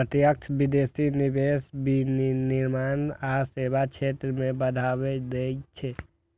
प्रत्यक्ष विदेशी निवेश विनिर्माण आ सेवा क्षेत्र कें बढ़ावा दै छै